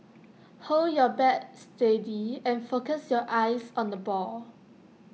hold your bat steady and focus your eyes on the ball